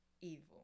evil